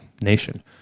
nation